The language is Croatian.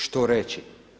Što reći?